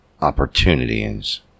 opportunities